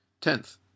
Tenth